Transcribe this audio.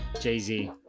Jay-Z